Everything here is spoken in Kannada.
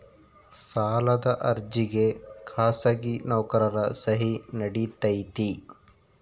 ಸಾಲದ ಅರ್ಜಿಗೆ ಖಾಸಗಿ ನೌಕರರ ಸಹಿ ನಡಿತೈತಿ?